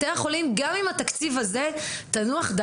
בתי החולים,